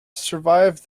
survived